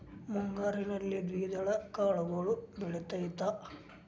ಮುಂಗಾರಿನಲ್ಲಿ ದ್ವಿದಳ ಕಾಳುಗಳು ಬೆಳೆತೈತಾ?